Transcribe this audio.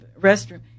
restroom